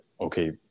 okay